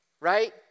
right